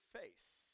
face